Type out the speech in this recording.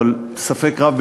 אבל ספק רב,